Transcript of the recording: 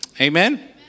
Amen